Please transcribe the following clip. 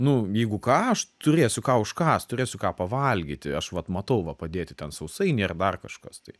nu jeigu ką aš turėsiu ką užkast turėsiu ką pavalgyti aš vat matau va padėti ten sausainiai ar dar kažkas tai